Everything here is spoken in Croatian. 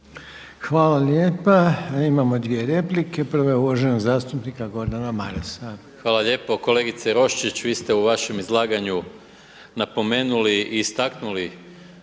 Hvala lijepa. Imamo dvije replike. Prva je uvaženog zastupnika Gordana Marasa. **Maras, Gordan (SDP)** Hvala lijepo. Kolegice Roščić vi ste u vašem izlaganju napomenuli i istaknuli